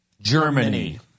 Germany